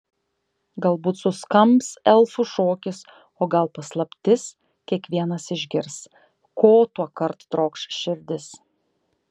galbūt suskambs elfų šokis o gal paslaptis kiekvienas išgirs ko tuokart trokš širdis